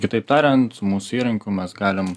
kitaip tariant mūsų įrankiu mes galim